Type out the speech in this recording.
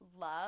love